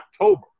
October